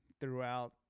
throughout